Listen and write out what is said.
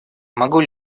могу